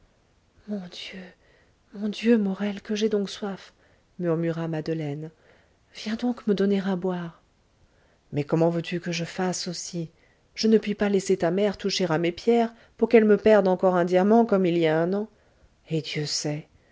viens donc me donner à boire mais comment veux-tu que je fasse aussi je ne puis pas laisser ta mère toucher à mes pierres pour qu'elle me perde encore un diamant comme il y a un an et dieu sait